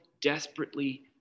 desperately